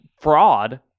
fraud